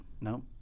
no